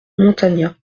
montagnat